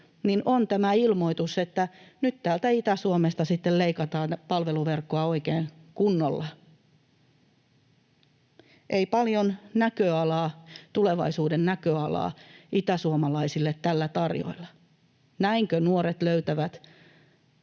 on tämä ilmoitus, että nyt täältä Itä-Suomesta sitten leikataan palveluverkkoa oikein kunnolla. Ei paljon tulevaisuuden näköalaa itäsuomalaisille tällä tarjoilla. Näinkö nuoret löytävät